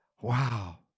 wow